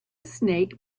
snake